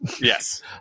Yes